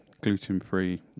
gluten-free